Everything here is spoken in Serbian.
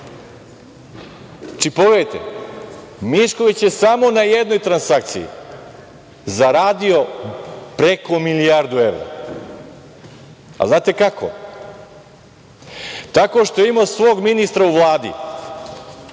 evra. Znači, pogledajte – Mišković je samo na jednoj transakciji zaradio preko milijardu evra. Znate kako? Tako što je imao svog ministra u Vladi